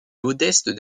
modestes